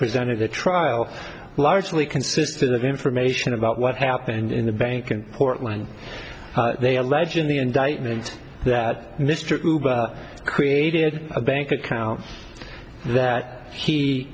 presented the trial largely consisted of information about what happened in the bank in portland they allege in the indictment that mr created a bank account that he